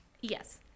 Yes